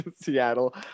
Seattle